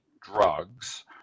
drugs